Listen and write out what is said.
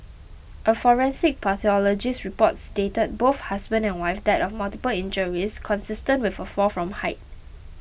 a forensic pathologist's report stated both husband and wife died of multiple injuries consistent with a fall from height